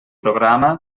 programa